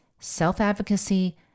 self-advocacy